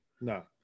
no